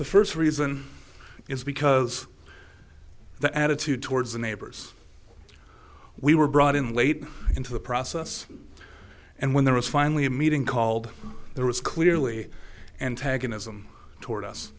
the first reason is because the attitude towards the neighbors we were brought in late into the process and when there was finally a meeting called there was clearly antagonism toward us